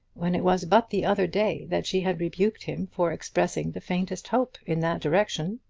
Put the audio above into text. when it was but the other day that she had rebuked him for expressing the faintest hope in that direction?